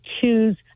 choose